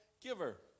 giver